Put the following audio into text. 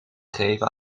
geven